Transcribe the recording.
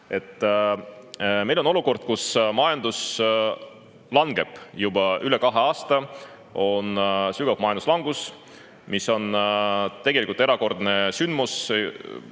Meil on olukord, kus majandus langeb juba üle kahe aasta, on sügav majanduslangus, mis on tegelikult erakordne sündmus.